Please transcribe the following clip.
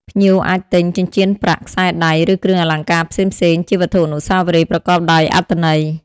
ភ្ញៀវអាចទិញ ចិញ្ចៀនប្រាក់ ខ្សែដៃ ឬគ្រឿងអលង្ការផ្សេងៗជាវត្ថុអនុស្សាវរីយ៍ប្រកបដោយអត្ថន័យ។